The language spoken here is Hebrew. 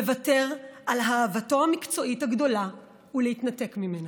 לוותר על אהבתו המקצועית הגדולה ולהתנתק ממנה.